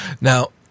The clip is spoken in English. Now